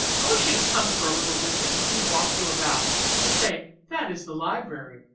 i wish you'd come for a little visit and let me walk you about and say that is the library.